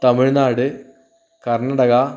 Tamil Nadu Karnataka